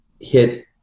hit